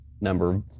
Number